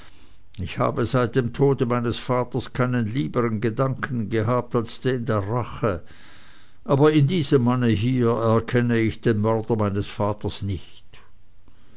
ich habe seit dem tode meines vaters keinen liebern gedanken gehabt als den der rache aber in diesem manne hier erkenne ich den mörder meines vaters nicht